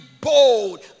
bold